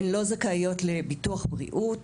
הן לא זכאיות לביטוח בריאות